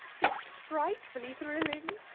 it's frightfully thrilling!